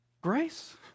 Grace